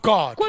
God